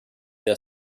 der